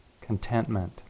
contentment